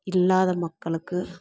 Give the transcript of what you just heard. இல்லாத மக்களுக்கு